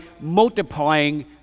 multiplying